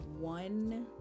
one